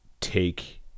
take